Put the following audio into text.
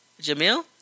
jamil